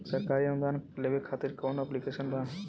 सरकारी अनुदान लेबे खातिर कवन ऐप्लिकेशन बा?